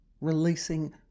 releasing